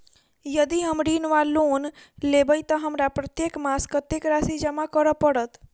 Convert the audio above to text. यदि हम ऋण वा लोन लेबै तऽ हमरा प्रत्येक मास कत्तेक राशि जमा करऽ पड़त?